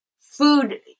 food